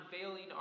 unveiling